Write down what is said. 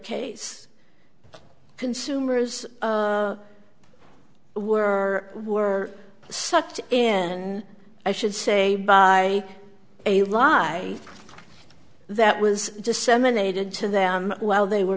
case consumers were were sucked in i should say by a lie that was disseminated to them while they were